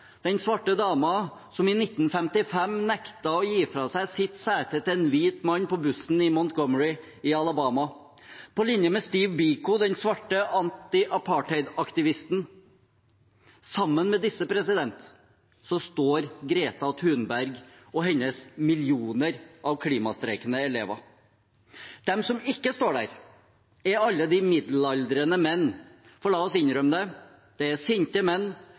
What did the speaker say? den svarte dama som i 1955 nektet å gi fra seg sitt sete til en hvit mann på bussen i Montgomery i Alabama, på linje med Steve Biko, den svarte antiapartheidaktivisten. Sammen med disse står Greta Thunberg og hennes millioner av klimastreikende elever. De som ikke står der, er alle de middelaldrende menn – for la oss innrømme det, det er sinte menn